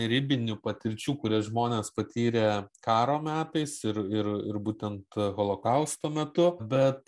ribinių patirčių kurias žmonės patyrė karo metais ir ir ir būtent holokausto metu bet